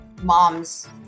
moms